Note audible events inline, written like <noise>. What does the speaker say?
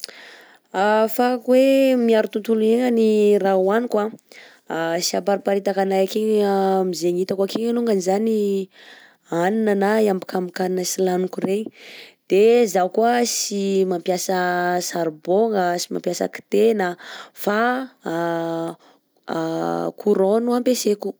Afahako hoe miaro tontolo iegnana ny raha hoaniko a tsy apariparitakanay akegny a amin'ny zegny hitako akegny alongany zany hanina na ambikambin-kanina tsy laniko regny, de zaho koà tsy mampiasa charbon, tsy mampiasa kitena fa <hesitation> courant no ampeseko.